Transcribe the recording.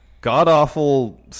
god-awful